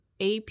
AP